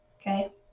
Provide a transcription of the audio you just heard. Okay